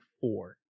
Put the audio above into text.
four